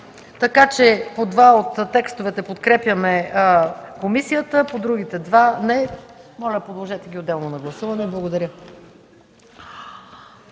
Така че по два от текстовете подкрепяме комисията, по другите два – не. Моля, подложете ги отделно на гласуване. Благодаря.